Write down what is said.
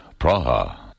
Praha